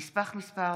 נספח מס'